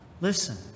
Listen